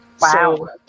Wow